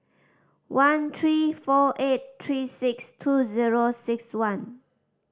one three four eight three six two zero six one